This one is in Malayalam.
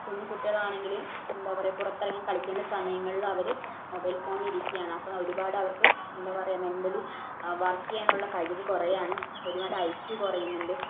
കുഞ്ഞു കുട്ടികളാണെങ്കിൽ എന്താ പറയുക പുറത്തിറങ്ങി കളിക്കേണ്ട സമയങ്ങളിൽ അവർ മൊബൈൽ ഫോണിലിരിക്കുകയാണ് അപ്പം ഒരുപാട് അവർക്കു എന്താ പറയുക മെൻ്റലി വർക്ക് ചെയ്യാനുള്ള കഴിവ് കുറയുകയാണ് ഒരുപാട് ഐ ക്യു കുറയുന്നുണ്ട്